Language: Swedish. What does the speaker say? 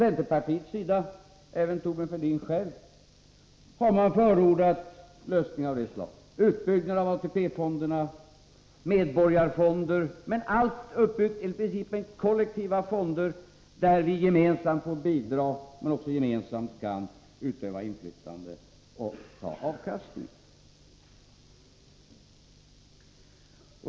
Centerpartiet, och Thorbjörn Fälldin själv, har också förordat lösningar av det slaget: utbyggnad av ATP-fonderna, medborgarfonder — men allt uppbyggt enligt principen kollektiva fonder, där vi gemensamt får bidra men också gemensamt kan utöva inflytande och ta avkastning.